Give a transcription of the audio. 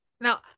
Now